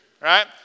right